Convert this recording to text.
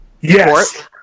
Yes